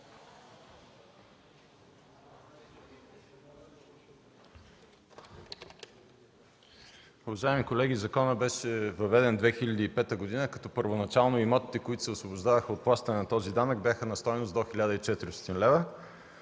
Уважаеми колеги, законът беше въведен 2005 г. като първоначално имотите, които се освобождаваха от плащане на този данък бяха на стойност до 1400 лева.